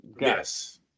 Yes